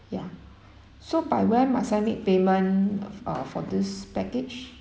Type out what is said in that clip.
ya so by when must I make payment uh for this package